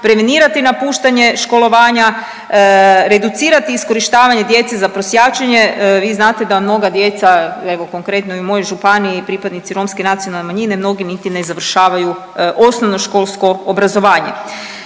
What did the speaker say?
prevenirati napuštanje školovanja, reducirati iskorištavanje djece za prosjačenje, vi znate da mnoga djeca, evo konkretno i u mojoj županiji, pripadnici romska nacionalne manjine mnogi niti ne završavaju osnovnoškolsko obrazovanje.